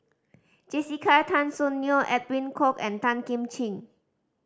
Jessica Tan Soon Neo Edwin Koek and Tan Kim Ching